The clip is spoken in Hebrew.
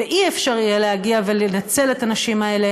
ולא יהיה אפשר להגיע ולנצל את הנשים האלה